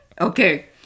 Okay